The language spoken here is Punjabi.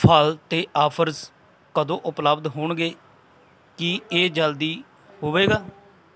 ਫ਼ਲ 'ਤੇ ਆਫ਼ਰਜ਼ ਕਦੋਂ ਉਪਲਬੱਧ ਹੋਣਗੇ ਕੀ ਇਹ ਜਲਦੀ ਹੋਵੇਗਾ